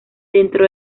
dentro